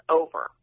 over